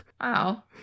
wow